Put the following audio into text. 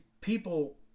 people